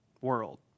world